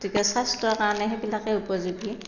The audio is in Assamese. গতিকে স্বাস্থ্যৰ কাৰণে সেইবিলাকে উপযোগী